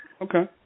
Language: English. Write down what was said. Okay